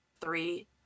Three